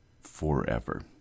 forever